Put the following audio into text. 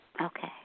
Okay